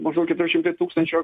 maždaug keturi šimtai tūkstančių